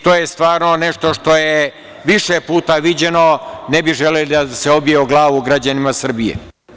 To je stvarno nešto što je više puta viđeno, ne bi želeli da se obije o glavu građanima Srbije.